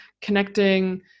connecting